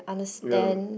ya